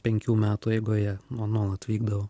penkių metų eigoje nuo nuolat vykdavo